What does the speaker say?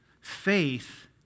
Faith